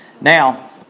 Now